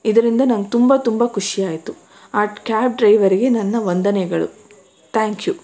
ಇದರಿಂದ ನಂಗೆ ತುಂಬ ತುಂಬ ಖುಷಿಯಾಯಿತು ಆ ಕ್ಯಾಬ್ ಡ್ರೈವರ್ಗೆ ನನ್ನ ವಂದನೆಗಳು ಥ್ಯಾಂಕ್ ಯು